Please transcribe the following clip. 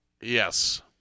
Yes